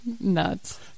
nuts